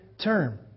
term